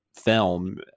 film